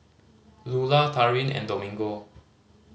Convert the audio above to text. Lulah Taryn and Domingo